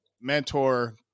mentor